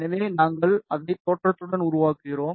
எனவே நாங்கள் அதை தோற்றத்துடன் உருவாக்குகிறோம்